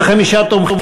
להצביע.